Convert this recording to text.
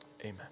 Amen